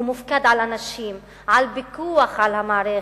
הוא מופקד על אנשים, על פיקוח על המערכת.